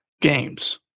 games